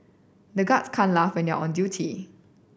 the guards can't laugh when they are on duty